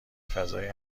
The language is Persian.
فضای